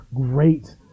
great